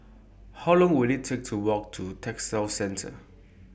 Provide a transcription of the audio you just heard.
How Long Will IT Take to Walk to Textile Centre